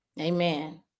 Amen